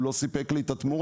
כי הוא לא סיפק לו את התמורה.